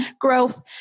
Growth